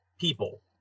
people